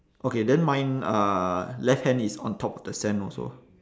okay then mine uh left hand is on top of the sand also